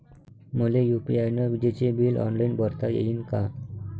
मले यू.पी.आय न विजेचे बिल ऑनलाईन भरता येईन का?